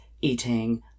eating